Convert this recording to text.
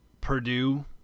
Purdue